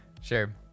Sure